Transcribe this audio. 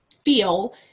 feel